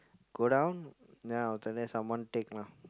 go down then after that someone take lah